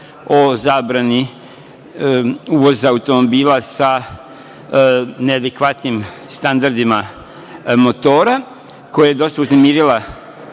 o zabrani uvoza automobila sa neadekvatnim standardima motora, koja je dosta uznemirila